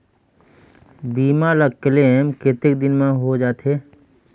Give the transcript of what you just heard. बीमा ला क्लेम कतेक दिन मां हों जाथे?